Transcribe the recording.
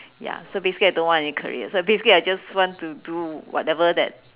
ya so basically I don't want to have any career so basically I just want to do whatever that